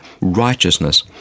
righteousness